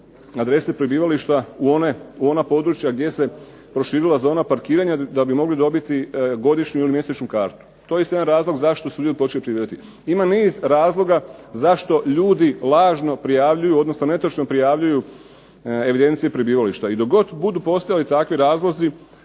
adrese prebivališta u ona područja gdje se proširila zona parkiranja da bi mogli dobiti godišnju ili mjesečnu kartu. To je isto jedan razlog zašto su ljudi počeli prijavljivati. Ima niz razloga zašto ljudi lažno prijavljuju, odnosno netočno prijavljuju evidencije prebivališta. I dok god budu postojali takvi razlozi